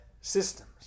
systems